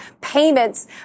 payments